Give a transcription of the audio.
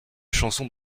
chansons